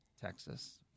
Texas